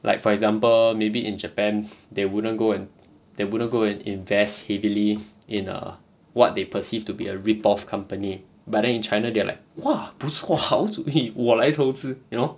like for example maybe in japan they wouldn't go and they wouldn't go and invest heavily in err what they perceived to be a rip off company but then in china they like !wah! 不错好主意我来投资 you know